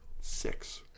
Six